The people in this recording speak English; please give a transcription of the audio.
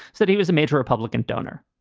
said he was a major republican donor.